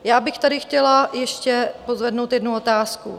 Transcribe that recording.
Já bych tady chtěla ještě pozvednout jednu otázku.